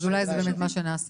אז אולי זה באמת מה שנעשה.